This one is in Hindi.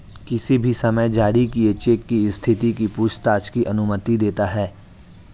किसी भी समय जारी किए चेक की स्थिति की पूछताछ की अनुमति देता है